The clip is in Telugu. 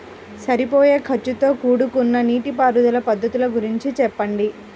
సరిపోయే ఖర్చుతో కూడుకున్న నీటిపారుదల పద్ధతుల గురించి చెప్పండి?